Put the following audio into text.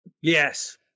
Yes